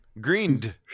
Greened